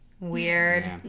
weird